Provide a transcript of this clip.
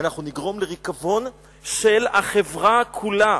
נגרום לריקבון של החברה כולה".